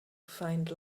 find